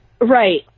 Right